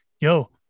yo